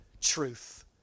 truth